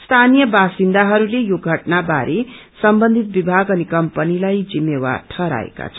स्थानीय वासिन्दाहरूले यो घटनावारे सम्बन्धित विभाग अनि कम्पनीलाई जिम्मेदार ठहराएका छन्